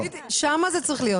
שם זה צריך להיות.